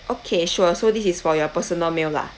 okay sure so this is for your personal meal lah